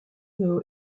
who